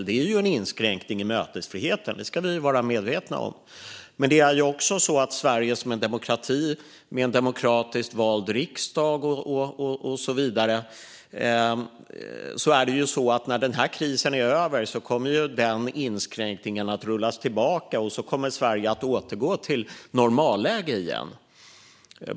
Det är en inskränkning i mötesfriheten, och det ska vi vara medvetna om. I Sverige, som är en demokrati med en demokratiskt vald riksdag, kommer dock den inskränkningen att rullas tillbaka när krisen är över, och då kommer Sverige att återgå till normalläge igen.